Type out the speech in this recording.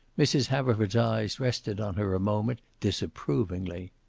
mrs. haverford's eyes rested on her a moment, disapprovingly.